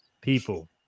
people